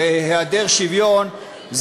להיעדר שוויון,